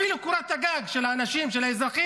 אפילו את קורת הגג של האנשים, של האזרחים,